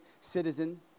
citizen